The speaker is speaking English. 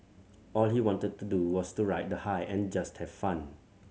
all he wanted to do was to ride the high and just have fun